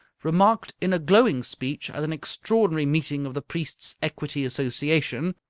remarked in a glowing speech at an extraordinary meeting of the priests' equity association,